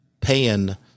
paying